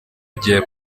igihe